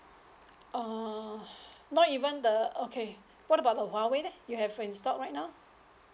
err not even the okay what about the huawei leh you have uh in stock right now